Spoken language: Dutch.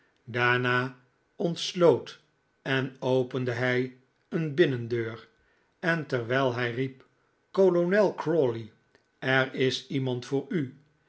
daarna ontsloot en opende hij een binnendeur en terwijl hij riep kolonel crawley er is iemand voor u